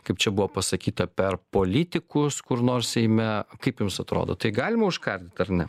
kaip čia buvo pasakyta per politikus kur nors seime kaip jums atrodo tai galima užkardyt ar ne